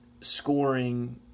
scoring